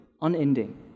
Unending